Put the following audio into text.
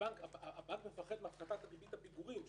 הבנק מפחד מהפחתת ריבית הפיגורים,